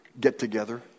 get-together